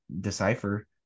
decipher